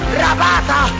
rabata